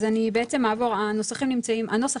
אז אני בעצם אעבור על הנוסח,